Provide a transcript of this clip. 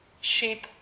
Sheep